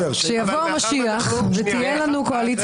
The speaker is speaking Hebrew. כשיבוא המשיח ותהיה לנו קואליציה